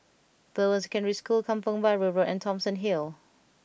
Bowen Secondary School Kampong Bahru Road and Thomson Hill